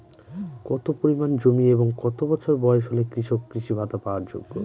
কত পরিমাণ জমি এবং কত বছর বয়স হলে কৃষক কৃষি ভাতা পাওয়ার যোগ্য?